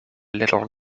little